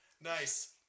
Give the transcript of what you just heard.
Nice